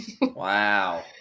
Wow